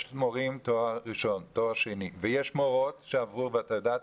יש מורים עם תואר ראשון ועם תואר שני ויש מורות ואת יודעת